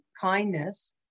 kindness